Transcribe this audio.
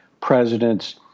presidents